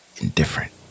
indifferent